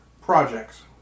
projects